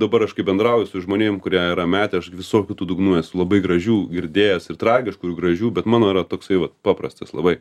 dabar aš kai bendrauju su žmonėm kurie yra metę aš visokių tų dugnų esu labai gražių girdėjęs ir tragiškų ir gražių bet mano yra toksai vat paprastas labai